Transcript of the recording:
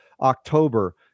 October